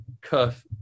cuff